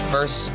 First